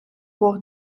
бог